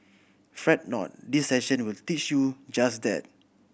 fret not this session will teach you just that